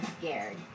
scared